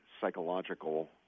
psychological